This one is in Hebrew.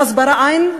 והסברה אין,